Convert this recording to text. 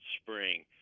spring